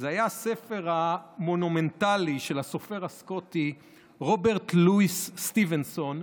זה היה הספר המונומנטלי של הסופר הסקוטי רוברט לואיס סטיבנסון,